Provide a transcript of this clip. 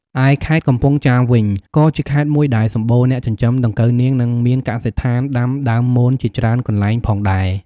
ឯខេត្តកំពង់ចាមវិញ ក៏ជាខេត្តមួយដែលសម្បូរអ្នកចិញ្ចឹមដង្កូវនាង និងមានកសិដ្ឋានដាំដើមមនជាច្រើនកន្លែងផងដែរ។